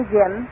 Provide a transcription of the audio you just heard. Jim